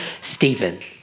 Stephen